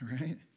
right